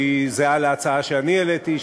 שהיא זהה להצעה שאני העליתי,